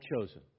chosen